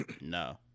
No